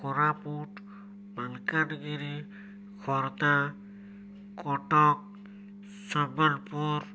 Koraput Malkangiri Khordha Cuttack Sambalpur